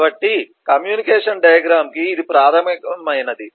కాబట్టి communication diagram కి ఇది ప్రాథమికమైనది